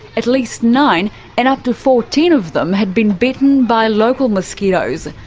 at least nine and up to fourteen of them had been bitten by local mosquitoes.